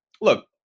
look